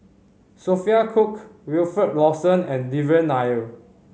Sophia Cooke Wilfed Lawson and Devan Nair